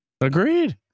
Agreed